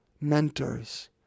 mentors